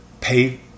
Pay